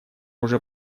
уже